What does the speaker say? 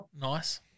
Nice